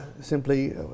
simply